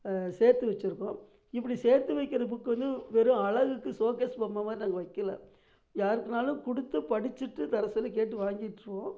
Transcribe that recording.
சேர்த்து வச்சுருக்கோம் இப்படி சேர்த்து வைக்கிற புக் வந்து வெறும் அழகுக்கு சோ கேஸ் பொம்மை மாதிரி நாங்கள் வைக்கல யாருக்குனாலும் கொடுத்து படிச்சுட்டு தர சொல்லி கேட்டு வாங்கிக்குவோம்